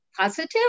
positive